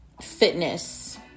fitness